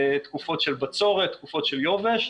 תקופות של בצורת, תקופות של יובש,